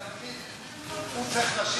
האוצר.